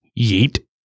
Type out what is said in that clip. Yeet